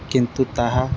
କିନ୍ତୁ ତାହା